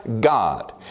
God